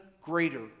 greater